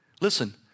Listen